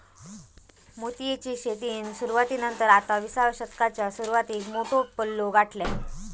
मोतीयेची शेतीन सुरवाती नंतर आता विसाव्या शतकाच्या सुरवातीक मोठो पल्लो गाठल्यान